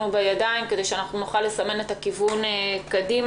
בידיים כדי שאנחנו נוכל לסמן את הכיוון קדימה.